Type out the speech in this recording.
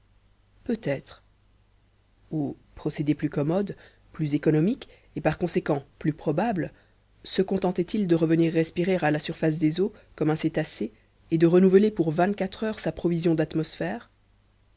peut-être ou procédé plus commode plus économique et par conséquent plus probable se contentait il de revenir respirer à la surface des eaux comme un cétacé et de renouveler pour vingt-quatre heures sa provision d'atmosphère